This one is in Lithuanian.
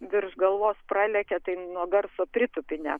virš galvos pralekia tai nuo garso pritūpi net